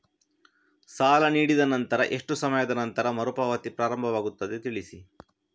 ಸಾಲ ನೀಡಿದ ನಂತರ ಎಷ್ಟು ಸಮಯದ ನಂತರ ಮರುಪಾವತಿ ಪ್ರಾರಂಭವಾಗುತ್ತದೆ ತಿಳಿಸಿ?